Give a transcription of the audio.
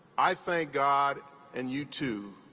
i thank god and you, too,